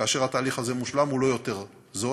כאשר התהליך הזה מושלם, הוא לא יותר זול,